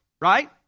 right